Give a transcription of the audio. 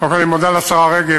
קודם כול, אני מודה לשרה רגב